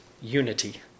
unity